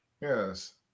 Yes